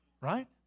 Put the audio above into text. right